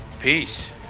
peace